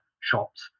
shops